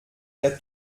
der